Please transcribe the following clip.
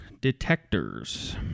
detectors